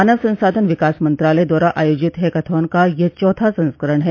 मानव संसाधान विकास मंत्रालय द्वारा आयोजित हैकाथॉन का यह चौथा संस्करण है